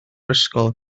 ysgol